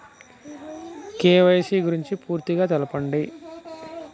KYC గురించి పూర్తిగా తెలపండి?